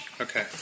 Okay